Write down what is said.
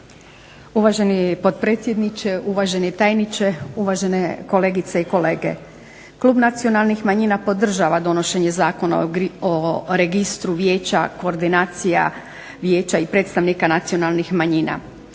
Uvaženi potpredsjedniče, uvaženi tajniče, uvažene kolegice i kolege. Klub Nacionalnih manjina podržava donošenje Zakona o registru vijeća, koordinacija vijeća i predstavnika nacionalnih manjina.